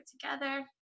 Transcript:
together